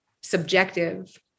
subjective